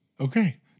Okay